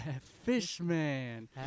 Fishman